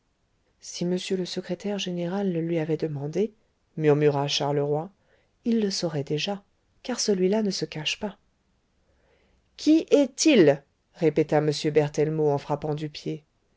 si m le secrétaire général le lui avait demandé murmura charleroy il le saurait déjà car celui-là ne se cache pas qui est-il répéta m berthellemot en frappant du pied